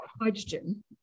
hydrogen